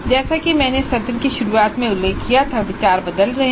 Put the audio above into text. जैसा कि मैंने सत्र की शुरुआत में उल्लेख किया था विचार बदल रहे हैं